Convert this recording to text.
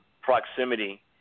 proximity